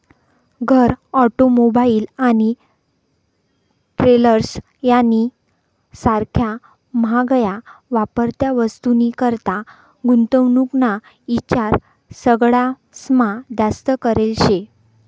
घर, ऑटोमोबाईल आणि ट्रेलर्स यानी सारख्या म्हाग्या वापरत्या वस्तूनीकरता गुंतवणूक ना ईचार सगळास्मा जास्त करेल शे